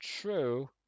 True